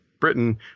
britain